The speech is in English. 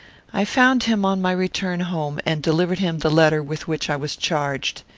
i found him on my return home, and delivered him the letter with which i was charged.